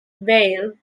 beale